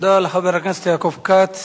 תודה לחבר הכנסת יעקב כץ.